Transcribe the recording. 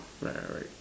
right right